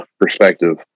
perspective